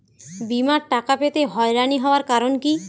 বিমার টাকা পেতে হয়রানি হওয়ার কারণ কি?